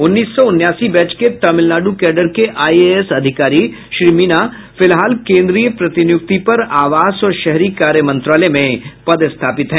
उन्नीस सौ उनासी बैच के तमिलनाड़ कैडर के आइएएस अधिकारी श्री मीना फिलहाल केंद्रीय प्रतिनियुक्ति पर आवास और शहरी कार्य मंत्रालय में पदस्थापित हैं